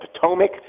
Potomac